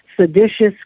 seditious